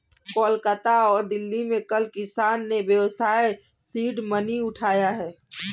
कोलकाता और दिल्ली में कल किसान ने व्यवसाय सीड मनी उठाया है